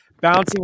bouncing